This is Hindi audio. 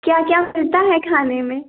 क्या क्या मिलता है खाने में